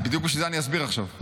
בדיוק בשביל זה אסביר עכשיו,